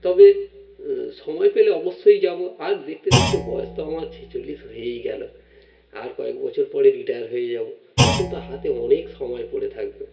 তবে সময় পেলে অবশ্যই যাবো আর দেখতে দেখতে বয়স তো আমার ছেচল্লিশ হয়েই গেলো আর কয়েক বছর পরে রিটায়ার হয়ে যাবো তখন তো হাতে অনেক সময় পড়ে থাকবে